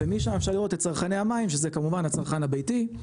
ומשם אפשר לראות את צרכני המים שזה כמובן הצרכן הביתי,